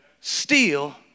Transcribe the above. steal